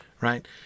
right